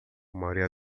maioria